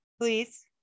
please